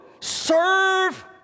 serve